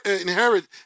inherit